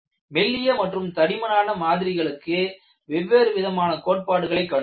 மெல்லிய மற்றும் தடிமனான மாதிரிகளுக்கு வெவ்வேறு விதமான கோட்பாடுகளை கண்டோம்